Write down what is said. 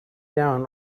down